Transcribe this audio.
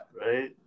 Right